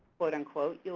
quote unquote, you know